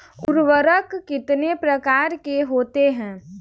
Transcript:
उर्वरक कितने प्रकार के होते हैं?